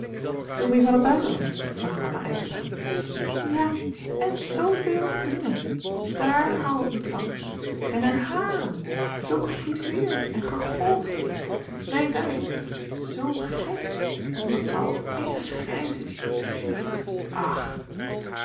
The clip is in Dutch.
zoo meer van het buitenland vroeg anna ijkstra ja en zoo veel ringen d a a r hoû ik niet van en haar haren zoo gefrizeerd en geglfd weet je wijd uit zoo gek omdat ze al èrg grijs is ach